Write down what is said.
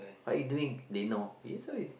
what you doing they know it's so is